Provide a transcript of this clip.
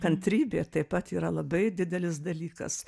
kantrybė taip pat yra labai didelis dalykas